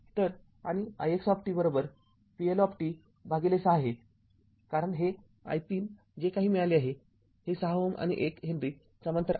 तरआणि ix vL ६ आहे कारण हे i३ जे काही मिळाले आहे हे ६Ω आणि १ हेनरी समांतर आहेत